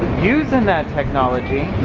using that technology.